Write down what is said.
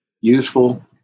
useful